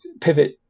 pivot